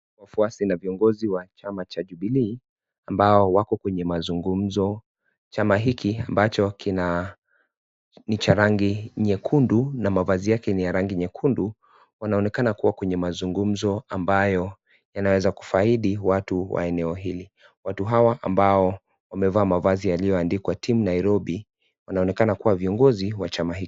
Wafuazi na viongozi wa chama cha Jubilee ambao wako kwenye mazungumzo. Chama hiki ambacho kina ni cha rangi nyekundu na mavazi yake ni ya rangi nyekundu wanaonekana kuwa kwenye mazungumzo ambayo yanaweza kufahidi watu wa eneo hili. Watu hawa ambao wamevaa mavazi yaliyoandikwa (CS)team(CS) Nairobi wanaonekana kuwa vongozi wa chama hiki.